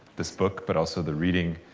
this book but also the reading.